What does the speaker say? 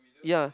ya